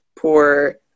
poor